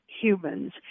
humans